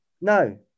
No